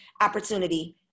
opportunity